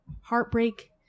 heartbreak